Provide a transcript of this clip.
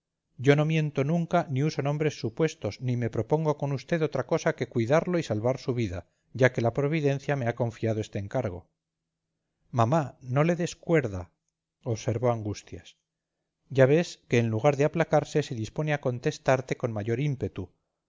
yo no miento nunca ni uso nombres supuestos ni me propongo con usted otra cosa que cuidarlo y salvar su vida ya que la providencia me ha confiado este encargo mamá no le des cuerda observó angustias ya ves que en lugar de aplacarse se dispone a contestarte con mayor ímpetu